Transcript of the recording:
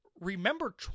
remember